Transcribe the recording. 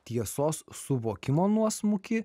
tiesos suvokimo nuosmukį